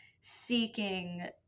seeking